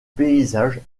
paysages